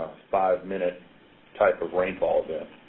five minute type of rainfall event.